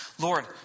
Lord